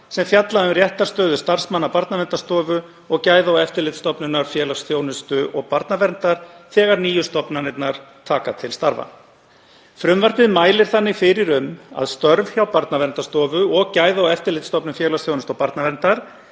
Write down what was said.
sem fjalla um réttarstöðu starfsmanna Barnaverndarstofu og Gæða- og eftirlitsstofnunar félagsþjónustu og barnaverndar þegar nýju stofnanirnar taka til starfa. Frumvarpið mælir þannig fyrir um að störf hjá Barnaverndarstofu og Gæða- og eftirlitsstofnun félagsþjónustu og barnaverndar